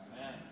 Amen